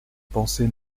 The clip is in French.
pensée